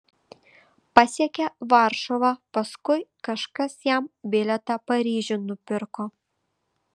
pasiekė varšuvą paskui kažkas jam bilietą paryžiun nupirko